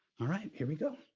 all right, here we go.